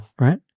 Right